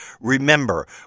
Remember